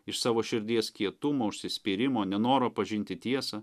iš savo širdies kietumo užsispyrimo nenoro pažinti tiesą